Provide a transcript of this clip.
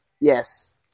Yes